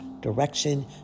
direction